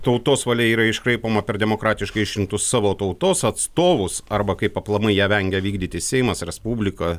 tautos valia yra iškraipoma per demokratiškai išrinktus savo tautos atstovus arba kaip aplamai ją vengia vykdyti seimas respublika